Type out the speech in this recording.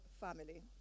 family